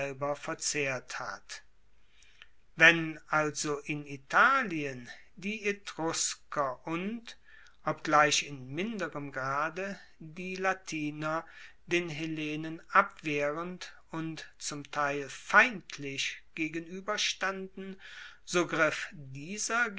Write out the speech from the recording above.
verzehrt hat wenn also in italien die etrusker und obgleich in minderem grade die latiner den hellenen abwehrend und zum teil feindlich gegenueberstanden so griff dieser